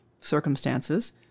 circumstances